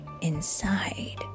inside